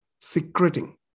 secreting